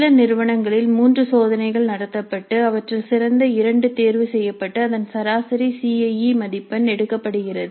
சில நிறுவனங்களில் 3 சோதனைகள் நடத்தப்பட்டு அவற்றில் சிறந்த இரண்டு தேர்வு செய்யப்பட்டு அதன் சராசரி சி ஐ இ மதிப்பெண் எடுக்கப்படுகிறது